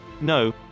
No